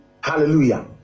hallelujah